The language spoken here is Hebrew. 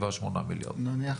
נניח